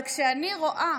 אבל כשאני רואה,